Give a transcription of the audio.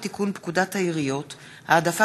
הצעת חוק לתיקון פקודת העיריות (העדפה